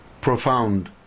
profound